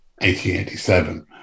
1887